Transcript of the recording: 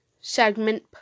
segment